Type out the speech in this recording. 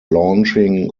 launching